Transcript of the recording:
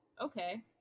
okay